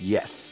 Yes